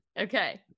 Okay